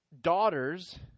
daughters